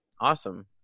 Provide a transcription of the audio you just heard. awesome